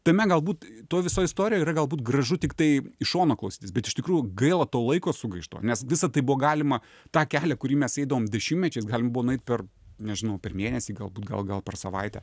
tame galbūt toj visoj istorijoj yra galbūt gražu tiktai iš šono klausytis bet iš tikrųjų gaila to laiko sugaišto nes visa tai buvo galima tą kelią kurį mes eidavom dešimtmečiais galima buvo nueiti per nežinau per mėnesį galbūt gal gal per savaitę